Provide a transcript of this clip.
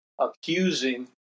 accusing